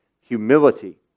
humility